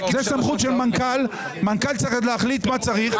זו סמכות של מנכ"ל, מנכ"ל צריך להחליט מה צריך.